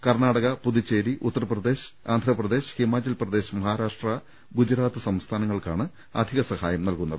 കർണ്ണാടക പുതുച്ചേരി ഉത്തർപ്രദേശ് ആന്ധ്രപ്രദേശ് ഹിമാചൽ പ്രദേശ് മഹാരാഷ്ട്ര ഗുജറാത്ത് സംസ്ഥാനങ്ങൾക്കാണ് അധികസഹായം നൽകുന്നത്